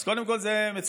אז קודם כול זה מצוין,